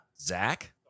Zach